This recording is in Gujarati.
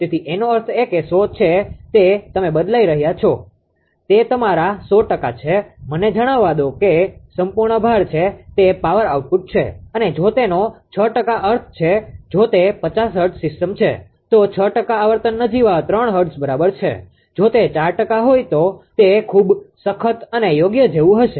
તેથી એનો અર્થ એ કે 100 છે તે તમે બદલાઇ રહ્યા છો તે તમારા 100 ટકા છે મને જણાવવા દો કે સંપૂર્ણ ભાર છે તે પાવર આઉટપુટ છે અને જો તેનો 6 ટકા અર્થ છે જો તે 50 હર્ટ્ઝ સિસ્ટમ છે તો 6 ટકા આવર્તન નજીવા 3 હર્ટ્ઝ બરાબર છે જો તે 4 ટકા હોય તો તે ખૂબ સખત અને યોગ્ય જેવું હશે